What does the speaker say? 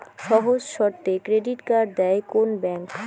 সহজ শর্তে credit card দেয় কোন ব্যাংক?